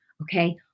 okay